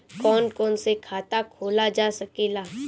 कौन कौन से खाता खोला जा सके ला?